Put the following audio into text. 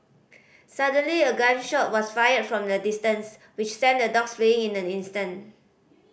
suddenly a gun shot was fired from a distance which sent the dogs fleeing in an instant